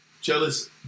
jealous